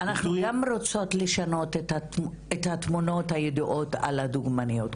אנחנו גם רוצות לשנות את התמונות הידועות על הדוגמניות,